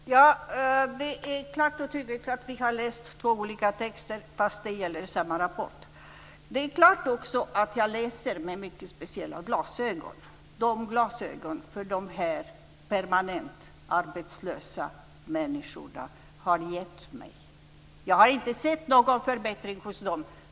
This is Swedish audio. Fru talman! Det är klart och tydligt att vi har läst två olika texter fast det gäller samma rapport. Det är också klart att jag läser med mycket speciella glasögon, nämligen de glasögon som de här permanent arbetslösa människorna har gett mig. Jag har inte sett någon förbättring för dem.